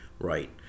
Right